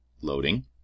loading